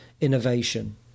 innovation